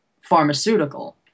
pharmaceutical